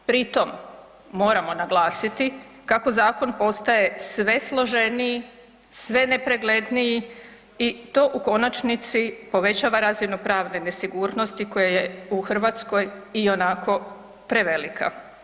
Pri tom moramo naglasiti kako zakon postaje sve složeniji, sve nepregledniji i to u konačnosti povećava razinu pravne nesigurnosti koja je u Hrvatskoj ionako prevelika.